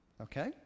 okay